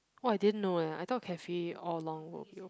oh I didn't know eh I thought cafe all along will be o~